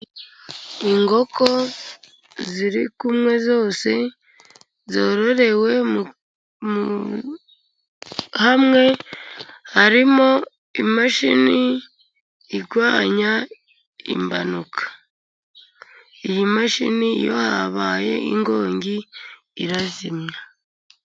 Inkoko ziri kumwe zose zororewe hamwe harimo imashini irwanya impanuka, iyi mashini iyo habaye inkongi irazimya.